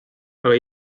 aga